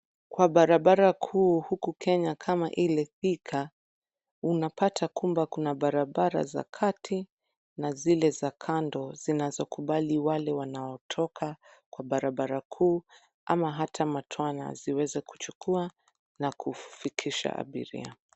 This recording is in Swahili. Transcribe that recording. Kwa barabara kuu huku Kenya kama ile Thika, unapata kwamba kuna barabara za kati na zile za kando zinazokubali wale wanaotoka kwa barabara kuu ama hata matwana ziweze kuchukua na kufikisha abiria.